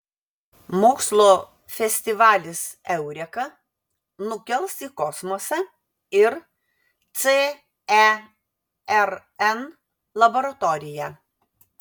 mokslo festivalis eureka nukels į kosmosą ir cern laboratoriją